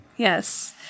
Yes